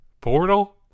Portal